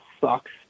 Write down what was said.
sucks